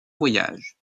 voyages